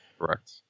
Correct